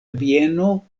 bieno